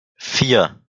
vier